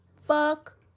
Fuck